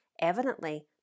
evidently